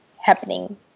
happening